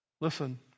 listen